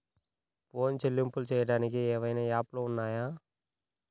Phone చెల్లింపులు చెయ్యటానికి ఏవైనా యాప్లు ఉన్నాయా?